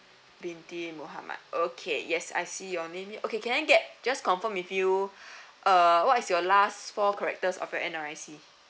binti mohamad okay yes I see your name here okay can I get just confirm with you uh what is your last four characters of your N_R_I_C